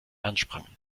ansprangen